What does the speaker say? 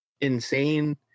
insane